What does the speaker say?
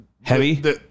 Heavy